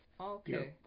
okay